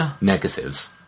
negatives